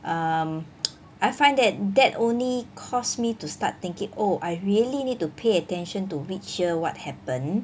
um I find it that only cost me to start thinking oh I really need to pay attention to which year what happen